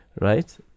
right